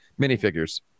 minifigures